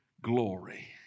glory